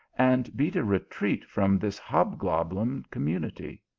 and beat a retreat from this hobgoblin community?